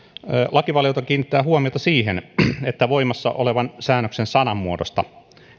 lakivaliokunta kiinnittää huomiota siihen että voimassa olevan säännöksen sanamuodosta